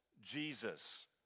Jesus